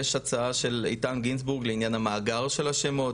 יש הצעה של איתן גינזבורג לעניין המאגר של השמות,